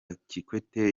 kikwete